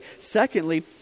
secondly